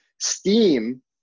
Steam